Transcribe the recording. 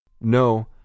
No